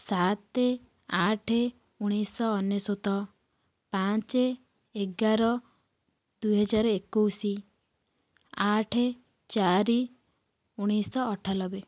ସାତ ଆଠ ଉଣେଇଶ ଅନେଶତ ପାଞ୍ଚ ଏଗାର ଦୁଇ ହଜାର ଏକୋଇଶି ଆଠ ଚାରି ଉଣେଇଶ ଅଠାନବେ